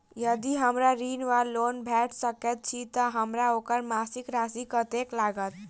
यदि हमरा ऋण वा लोन भेट सकैत अछि तऽ हमरा ओकर मासिक राशि कत्तेक लागत?